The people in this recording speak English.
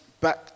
back